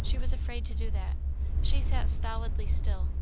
she was afraid to do that she sat stolidly still,